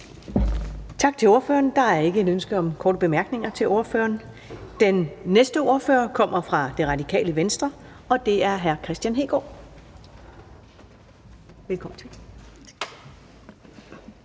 Tak til ordføreren. Der er ikke et ønske om korte bemærkninger til ordføreren. Den næste ordfører kommer fra Det Radikale Venstre, og det er hr. Kristian Hegaard. Velkommen til.